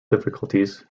difficulties